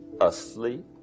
Asleep